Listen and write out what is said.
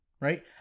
right